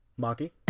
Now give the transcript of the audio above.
Maki